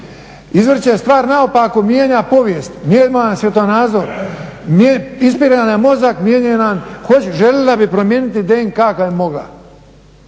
izvrće stvar naopako, mijenja povijest, mijenja svjetonazor, ispire nam mozak, mijenjaju nam kožu, želila bi promijeniti DNK kad bi mogla.